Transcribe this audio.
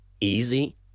easy